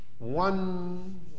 One